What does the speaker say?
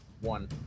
one